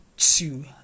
Two